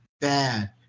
bad